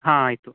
ಹಾಂ ಆಯಿತು